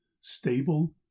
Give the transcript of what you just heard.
stable